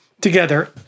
Together